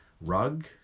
rug